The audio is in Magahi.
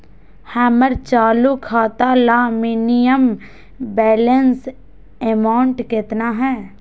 हमर चालू खाता ला मिनिमम बैलेंस अमाउंट केतना हइ?